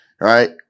right